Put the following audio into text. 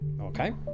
okay